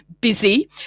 busy